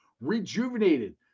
rejuvenated